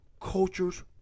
Cultures